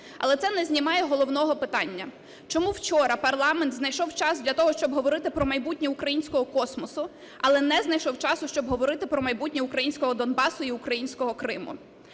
Але це не знімає головного питання, чому вчора парламент знайшов час для того, щоб говорити про майбутнє українського космосу, але не знайшов часу, щоб говорити про майбутнє українського Донбасу і українського Криму.